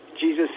Jesus